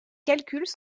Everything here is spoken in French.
calculs